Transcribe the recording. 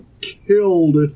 killed